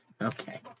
okay